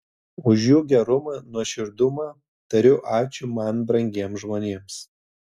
už jų gerumą nuoširdumą tariu ačiū man brangiems žmonėms